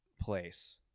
place